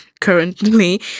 currently